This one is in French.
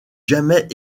jamais